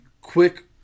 quick